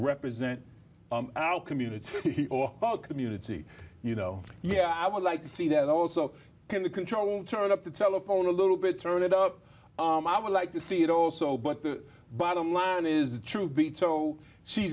represent our community or community you know yeah i would like to see that also can control turn up the telephone a little bit turn it up i would like to see it also but the bottom line is the truth be told she